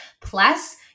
Plus